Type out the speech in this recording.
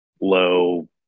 low